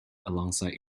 alongside